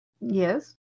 yes